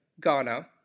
Ghana